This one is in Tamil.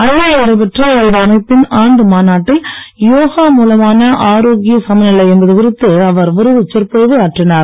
அண்மையில் நடைபெற்ற இந்த அமைப்பின் ஆண்டு மாநாட்டில் யோகா மூலமான ஆரோக்கிய சமநிலை என்பது குறித்து அவர் விருதுச் சொற்பொழிவு ஆற்றினார்